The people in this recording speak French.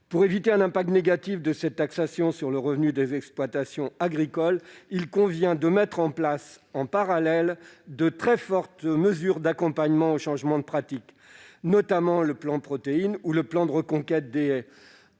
Pour éviter un impact négatif de cette taxation sur le revenu des exploitations agricoles, il convient de mettre en place, en parallèle, de très fortes mesures d'accompagnement au changement de pratiques. Je pense notamment au plan Protéines ou au programme de reconquête des haies.